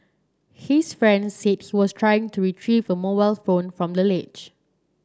his friend said he was trying to retrieve a mobile phone from the ledge